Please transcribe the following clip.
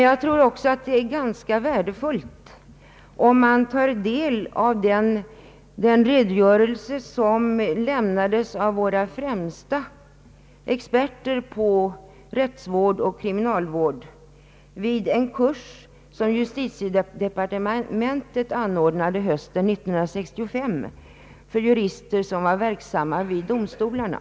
Jag tror också att det är värdefullt att ta del av den redogörelse som lämnades av våra främsta experter på rättsvård och kriminalvård vid en kurs som justitiedepartementet hösten 1965 anordnade för jurister som var verksamma vid domstolarna.